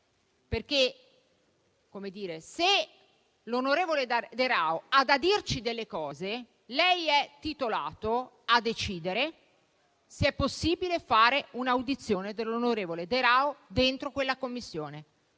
perché, se l'onorevole De Raho ha da dirci delle cose, lei è titolato a decidere se è possibile fare un'audizione dell'onorevole De Raho in quella Commissione.